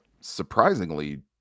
surprisingly